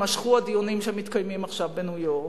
יימשכו הדיונים שמתקיימים עכשיו בניו-יורק.